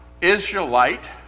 israelite